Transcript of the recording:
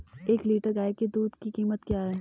एक लीटर गाय के दूध की कीमत क्या है?